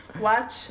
watch